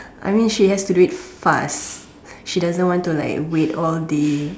I mean she has to do it fast she doesn't want to like wait all day